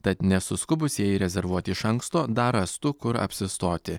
tad nesuskubusieji rezervuoti iš anksto dar rastų kur apsistoti